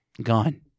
gone